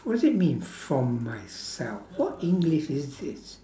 what's it mean from myself what english is this